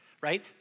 right